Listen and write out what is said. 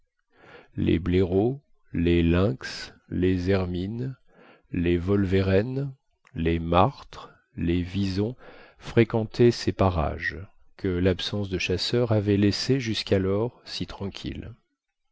les blaireaux les lynx les hermines les wolvérènes les martres les visons fréquentaient ces parages que l'absence des chasseurs avait laissés jusqu'alors si tranquilles